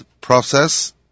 process